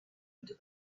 into